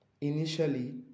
initially